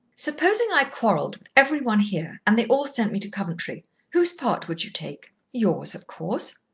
supposing i quarrelled with every one here, and they all sent me to coventry whose part would you take? yours, of course.